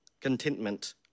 contentment